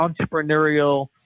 entrepreneurial